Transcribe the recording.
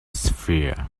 sphere